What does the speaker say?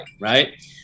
Right